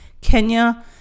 Kenya